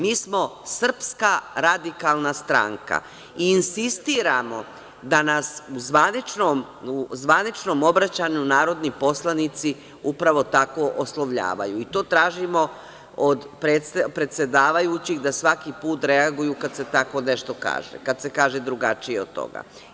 Mi smo Srpska radikalna stranka i insistiramo da nas u zvaničnom obraćanju narodni poslanici upravo tako oslovljavaju i to tražimo od predsedavajućih da svaki put reaguju kad se tako nešto kaže, kad se kaže drugačije od toga.